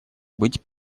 быть